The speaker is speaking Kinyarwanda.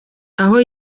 aho